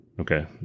Okay